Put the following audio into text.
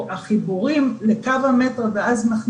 החוק הזה הוא באמת בין הדברים הכי יקרים